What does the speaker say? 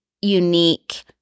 unique